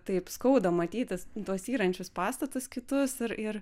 taip skauda matyti tuos yrančius pastatus kitus ir ir